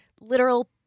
literal